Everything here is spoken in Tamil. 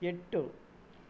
எட்டு